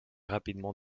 rapidement